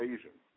Asian